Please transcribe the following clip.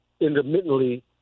intermittently